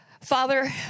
Father